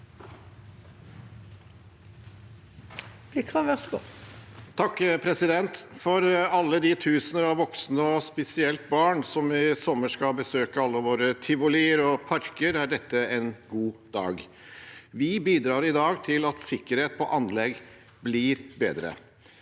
(A) For alle de tusener av voksne og spesielt barn som i sommer skal besøke alle våre tivolier og parker, er dette en god dag. Vi bidrar i dag til at sikkerhet på anlegg blir bedre.